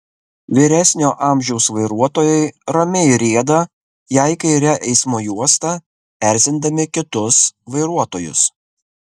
vyresnio amžiaus vairuotojai ramiai rieda jei kaire eismo juosta erzindami kitus vairuotojus